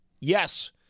Yes